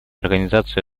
организацию